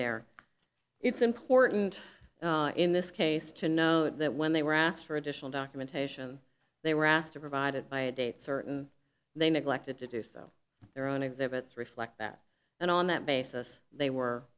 there it's important in this case to know that when they were asked for additional documentation they were asked to provided by a date certain they neglected to do so their own exhibits reflect that and on that basis they were